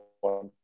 one